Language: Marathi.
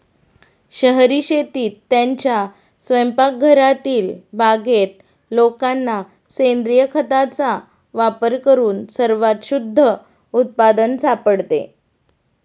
शहरी शेतीत, त्यांच्या स्वयंपाकघरातील बागेत लोकांना सेंद्रिय खताचा वापर करून सर्वात शुद्ध उत्पादन सापडते